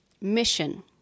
Mission